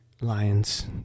Lions